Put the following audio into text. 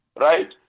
Right